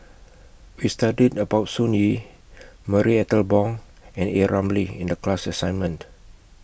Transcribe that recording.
We studied about Sun Yee Marie Ethel Bong and A Ramli in The class assignment